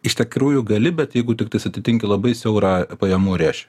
iš tikrųjų gali bet jeigu tiktai atitinki labai siaurą pajamų rėžį